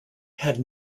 had